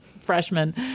freshman